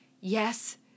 yes